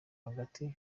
hagati